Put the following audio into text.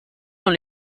dans